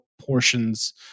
portions